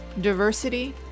diversity